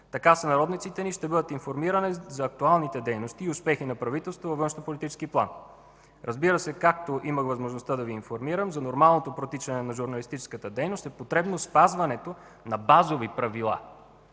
Така сънародниците ни ще бъдат информирани за актуалните дейности и успехи на правителството във външнополитически план. Разбира се, както имах възможността да Ви информирам, за нормалното протичане на журналистическата дейност е потребно спазването на базови правила